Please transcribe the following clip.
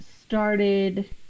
started